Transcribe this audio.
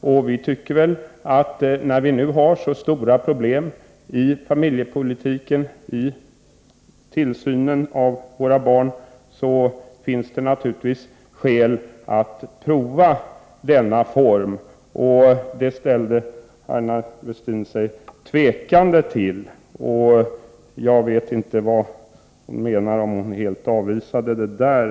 För vår del anser vi, att när vi nu har så stora problem på familjepolitikens område, då det gäller tillsynen av barnen, finns det skäl att prova privatiserade daghem. Jag vet inte om Aina Westin helt avvisar tanken.